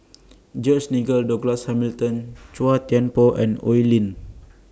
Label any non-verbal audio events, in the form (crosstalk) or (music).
George Nigel Douglas Hamilton (noise) Chua Thian Poh and Oi Lin